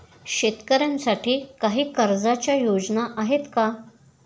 शेतकऱ्यांसाठी काही कर्जाच्या योजना आहेत का?